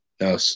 No